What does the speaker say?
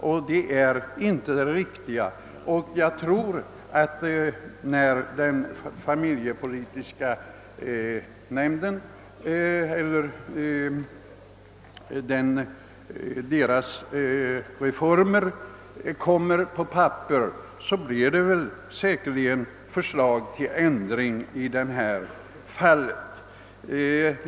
Jag anser det inte vara det riktiga och jag tror att vi, när familjepolitiska nämndens förslag till reformer kommit på papperet, skall få en ändring av dessa förhållanden.